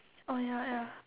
oh ya ya